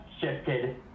shifted